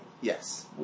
Yes